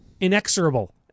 Inexorable